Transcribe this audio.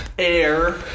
air